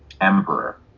emperor